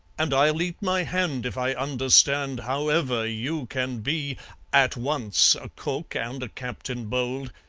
and i'll eat my hand if i understand however you can be at once a cook, and a captain bold,